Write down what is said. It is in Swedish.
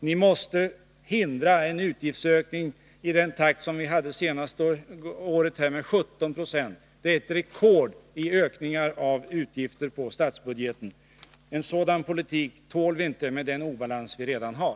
Ni måste förhindra att utgiftsökningen sker i samma takt som noterats under det senaste året, då vi haft en utgiftsökning på 17 70. När det gäller statsbudgeten är det ett rekord i utgiftsökningar. En sådan politik tål vi inte, med tanke på den obalans som vi redan har.